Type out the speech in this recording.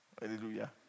Hallelujah